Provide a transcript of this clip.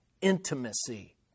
intimacy